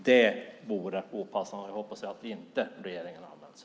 Jag hoppas att det inte var därför som regeringen gjorde det. Det vore opassande.